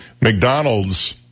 mcdonald's